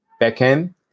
backend